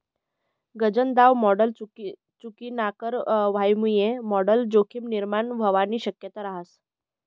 गनज दाव मॉडल चुकीनाकर व्हवामुये मॉडल जोखीम निर्माण व्हवानी शक्यता रहास